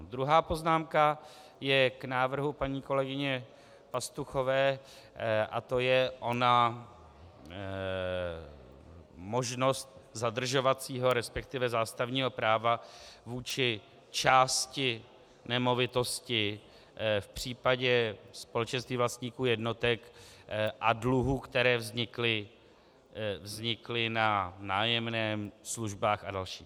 Druhá poznámka je k návrhu paní kolegyně Pastuchové a to je ona možnost zadržovacího, resp. zástavního práva vůči části nemovitosti v případě společenství vlastníků jednotek a dluhů, které vznikly na nájemném, službách a dalším.